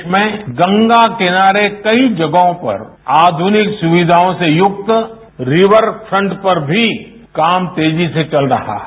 देश में गंगा के किनारे कई जगहों पर आधुनिक सुविधाओं से युक्त रिवरफ्रंट पर भी काम तेजी से चल रहा है